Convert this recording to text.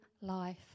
life